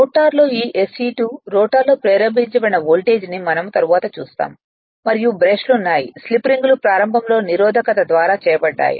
రోటర్లో ఈ sE2 రోటర్లో ప్రేరేపించబడిన వోల్టేజ్ను మనం తరువాత చూస్తాము మరియు బ్రష్లు ఉన్నాయి స్లిప్ రింగులు ప్రారంభంలో నిరోధకత ద్వారా చేయబడ్డాయి